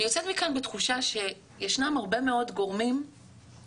אני יוצאת מכאן בתחושה שישנם הרבה מאוד גורמים טובים,